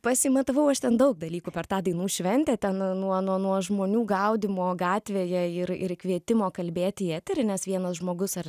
pasimatavau aš ten daug dalykų per tą dainų šventę ten nuo nuo nuo žmonių gaudymo gatvėje ir ir kvietimo kalbėti į eterį nes vienas žmogus ar